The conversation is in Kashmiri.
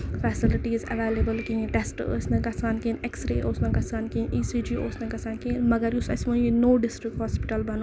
فیسَلٹیٖز ایویلیبٔل کِہینۍ ٹیسٹ ٲسۍ نہٕ گژھان کیٚنہہ اٮ۪کٔسرے اوس نہٕ گژھان کیٚنٛہہ ای سی جی اوس نہٕ گژھان کیٚنٛہہ مَگر یُس اَسہِ وۄنۍ یہِ نوٚو ڈِسٹرک ہوسپِٹل بَنوو